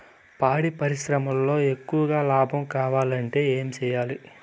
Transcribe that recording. పాడి పరిశ్రమలో ఎక్కువగా లాభం కావాలంటే ఏం చేయాలి?